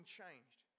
changed